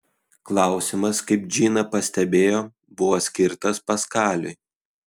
klausimas kaip džina pastebėjo buvo skirtas paskaliui